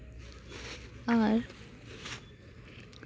ᱟᱨ